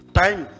time